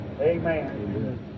Amen